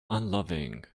unloving